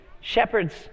Shepherds